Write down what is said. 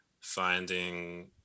finding